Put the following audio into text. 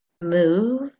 move